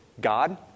God